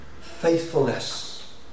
faithfulness